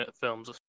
films